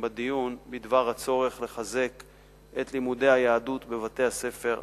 בדיון בדבר הצורך לחזק את לימודי היהדות בבתי-הספר הממלכתיים.